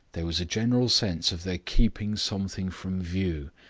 there was a general sense of their keeping something from view.